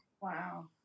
Wow